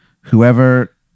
whoever